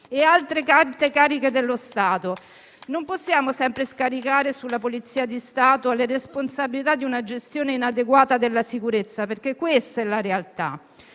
altre alte cariche dello Stato. Non possiamo sempre scaricare sulla Polizia di Stato le responsabilità di una gestione inadeguata della sicurezza, perché questa è la realtà.